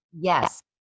Yes